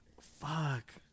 Fuck